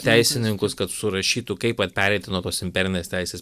teisininkus kad surašytų kaip vat pereiti nuo tos imperinės teisės